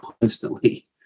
constantly